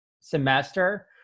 semester